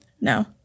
No